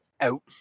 out